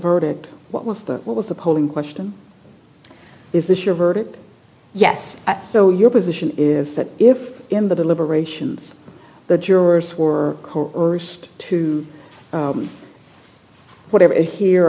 what was the what was the polling question is this your verdict yes so your position is that if in the deliberations the jurors were coerced to whatever here